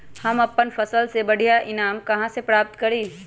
हम अपन फसल से बढ़िया ईनाम कहाँ से प्राप्त करी?